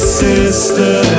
sister